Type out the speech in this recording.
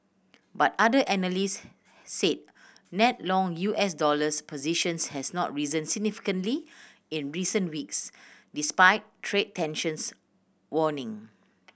but other analysts said net long U S dollars positions has not risen significantly in recent weeks despite trade tensions warning